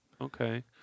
Okay